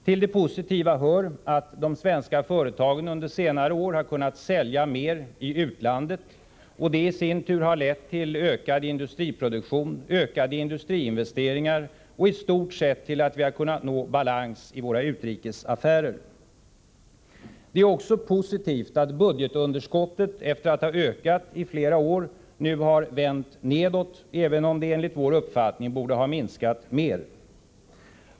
Till de positiva hör att de svenska företagen under senare år har kunnat sälja mer i utlandet, och det i sin tur har lett till ökad industriproduktion, till ökade industriinvesteringar och i stort sett till att vi har kunnat nå balans i våra utrikesaffärer. Det är också positivt att budgetunderskottet efter att ha ökat i flera år nu har vänt nedåt, även om det enligt vår uppfattning borde ha minskat mer.